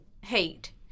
hate